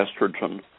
estrogen